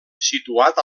situat